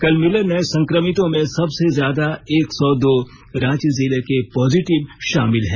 कल मिले नए संक्रमितों में सबसे ज्यादा एक सौ दो रांची जिले के पॉजिटिव शामिल हैं